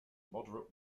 moderate